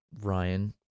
Ryan